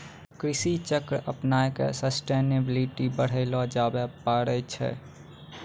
कृषि चक्र अपनाय क सस्टेनेबिलिटी बढ़ैलो जाबे पारै छै